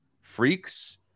freaks